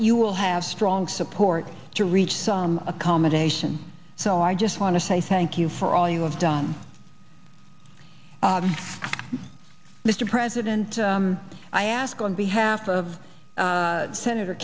you will have strong support to reach some accommodation so i just want to say thank you for all you have done mr president i ask on behalf of senator